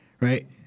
right